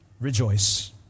rejoice